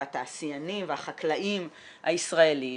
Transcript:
התעשיינים והחקלאים הישראלים